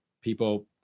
people